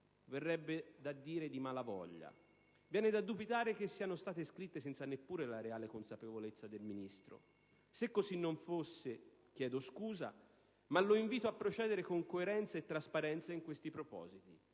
verrebbe da dire di mala voglia. Viene da dubitare che siano state scritte senza neppure la reale consapevolezza del Ministro. Se così non fosse, chiedo scusa, ma lo invito a procedere con coerenza e trasparenza in questi propositi,